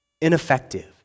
ineffective